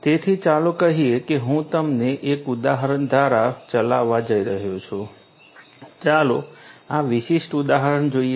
તેથી ચાલો કહીએ કે હું તમને એક ઉદાહરણ દ્વારા ચલાવવા જઈ રહ્યો છું ચાલો આ વિશિષ્ટ ઉદાહરણ જોઈએ